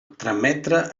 trametre